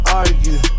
argue